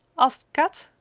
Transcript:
asked kat.